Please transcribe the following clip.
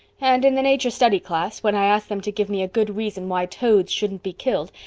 and in the nature study class, when i asked them to give me a good reason why toads shouldn't be killed,